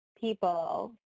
people